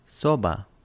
Soba